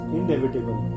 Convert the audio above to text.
inevitable